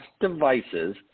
devices